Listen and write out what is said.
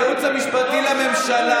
הייעוץ המשפטי לממשלה,